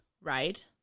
right